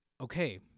Okay